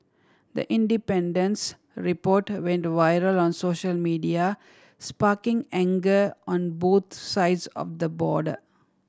the Independent's report went viral on social media sparking anger on both sides of the border